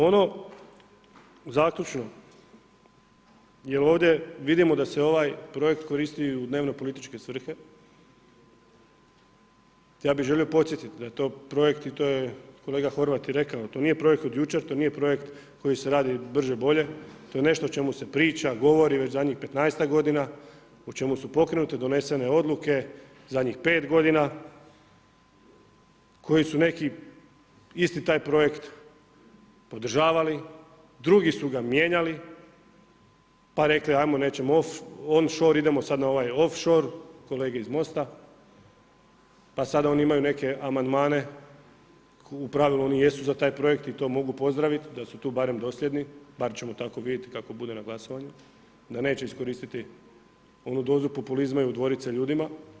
Ono zaključno, jel ovdje vidimo da se ovaj projekt koristi i u dnevno političke svrhe, ja bih želio podsjetiti da je to projekt i to je kolega Horvat i rekao, to nije projekt od jučer, to nije projekt koji se radi brže bolje, to je nešto o čemu se priča, govori već zadnjih 15ak godina, o čemu su pokrenute, donesene odluke, zadnjih 5 godina, koji su neki isti taj projekt podržavali, drugi su ga mijenjali pa rekli ajmo nećemo on shore, idemo sada off shore, kolege iz MOST-a pa sada oni imaju neke amandmane, u pravilu oni i jesu za taj projekt i to mogu pozdravit da su tu barem dosljedni, bar ćemo tako vidit kako bude na glasovanju, da neće iskoristiti onu dozu populizma i udvorit se ljudima.